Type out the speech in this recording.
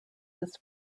his